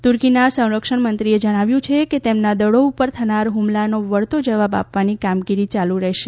તુર્કીના સંરક્ષણ મંત્રીએ જણાવ્યું છે કે તેમના દળો ઉપર થનાર હ્મલાનો વળતો જવાબ આપવાની કામગીરી યાલુ રહેશે